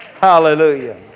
Hallelujah